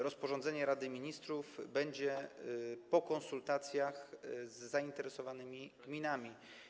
Rozporządzenie Rady Ministrów będzie po konsultacjach z zainteresowanymi gminami.